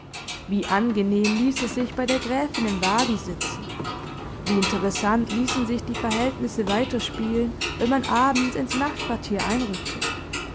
wie angenehm ließ es sich bei der gräfin im wagen sitzen wie interessant ließen sich die verhältnisse weiter spielen wenn man abends ins nachtquartier einrückte